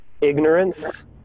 ignorance